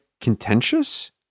contentious